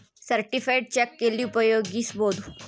Certified check ಎಲ್ಲಿ ಉಪಯೋಗಿಸ್ಬೋದು?